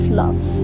love